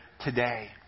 today